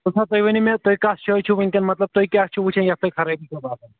اسا تُہۍ ؤنِو مےٚ تُہۍ کَتھ جایہِ چھِو وٕنکٮ۪ن مطلب تُہۍ کیٛاہ چھُو وٕچھان یتھ تُہۍ خرٲبی چھَو باسان